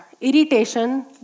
Irritation